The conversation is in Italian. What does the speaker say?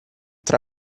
tra